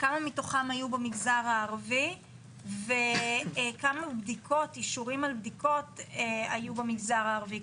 כמה מתוכם היו מהמגזר הערבי וכמה אישורים על בדיקות היו במגזר הערבי,